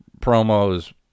Promos